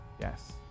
Yes